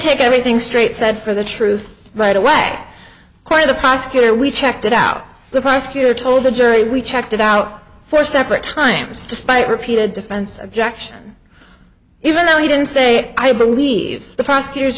take everything straight said for the truth right away quite the prosecutor we checked it out the prosecutor told the jury we checked it out four separate times despite repeated defense objection even though he didn't say it i believe the prosecutor